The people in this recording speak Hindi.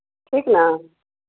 ठीक ना